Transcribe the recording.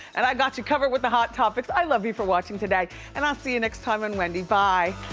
and i got you covered with the hot topics, i love you for watching today and i'll see you next time on and wendy, bye.